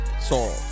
soul